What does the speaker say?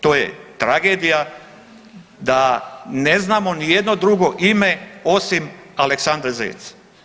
To je tragedija da ne znamo ni jedno drugo ime osim Aleksandre Zec.